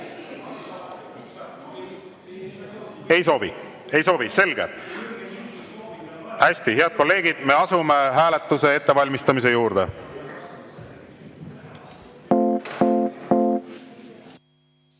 Ei soovi? Ei soovi. Selge. Hästi! Head kolleegid, me asume hääletuse ettevalmistamise juurde.